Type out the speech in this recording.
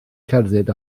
cerdded